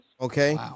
Okay